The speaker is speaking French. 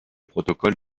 protocole